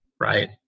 right